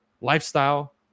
lifestyle